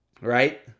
right